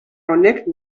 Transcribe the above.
honek